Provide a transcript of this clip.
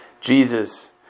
Jesus